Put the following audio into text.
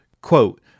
Quote